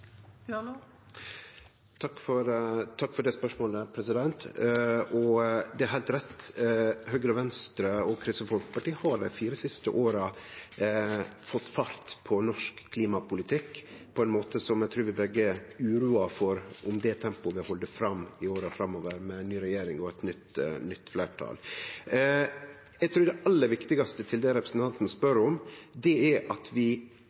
Takk for det spørsmålet. Det er heilt rett: Høgre, Venstre og Kristeleg Folkeparti har dei siste fire åra fått fart på norsk klimapolitikk på ein måte som gjer at eg trur vi begge er uroa for om det tempoet vil halde fram i åra framover, med ny regjering og eit nytt fleirtal. Til det representanten spør om, trur eg det aller viktigaste er at vi